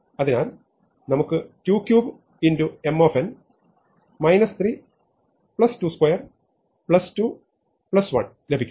അതിനാൽ നമുക്ക് 23M 3 22 2 1 ലഭിക്കും